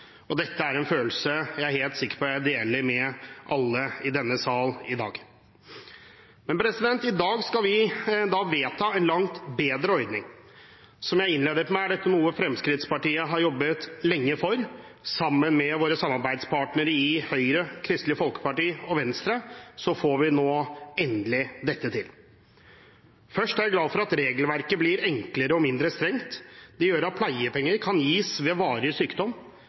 og dette er noe jeg er helt sikker på at jeg deler med alle i denne sal i dag. Men i dag skal vi vedta en langt bedre ordning. Som jeg innledet med, er dette noe Fremskrittspartiet har jobbet lenge for. Sammen med våre samarbeidspartnere i Høyre, Kristelig Folkeparti og Venstre får vi nå endelig dette til. Jeg er glad for at regelverket blir enklere og mindre strengt. Det gjør at pleiepenger kan gis ved varig sykdom.